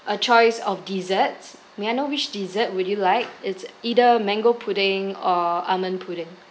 a choice of desserts may I know which dessert would you like it's either mango pudding or almond pudding